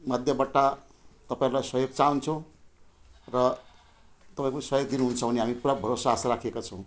माध्यमबाट तपाईँहरूलाई सहयोग चाहन्छौँ र तपाईँको सहयोग दिनुहुन्छ भन्ने हामी पुरा भरोसा आशा राखेका छौँ